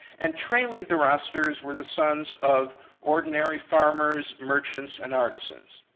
and trailing the rosters were the sons of ordinary farmers, merchants and artisans.